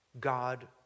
God